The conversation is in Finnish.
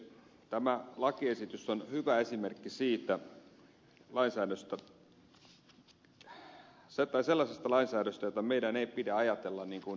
tämä lakiesitys on hyvä esimerkki sellaisesta lainsäädännöstä jota meidän ei pidä ajatella itsellemme